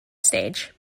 stage